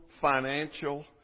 financial